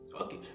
Okay